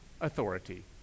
authority